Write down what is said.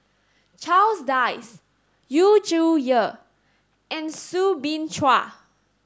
Charles Dyce Yu Zhuye and Soo Bin Chua